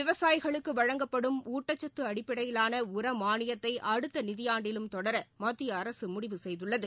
விவசாயிகளுக்கு வழங்கப்படும் ஊட்டச்சத்து அடிப்படையிலான உர மானியத்தை அடுத்த நிதியாண்டிலும் தொடர மத்திய அரசு முடிவு செய்துள்ளது